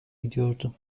gidiyordu